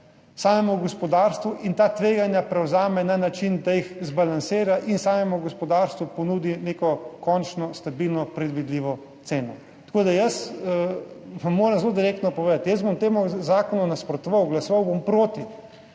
samemu gospodarstvu in ta tveganja prevzame na način, da jih zbalansira in gospodarstvu ponudi neko končno stabilno, predvidljivo ceno. Jaz vam moram zelo direktno povedati, jaz bom temu zakonu nasprotoval. Glasoval bom proti